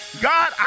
God